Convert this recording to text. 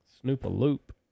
Snoop-a-loop